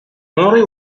mori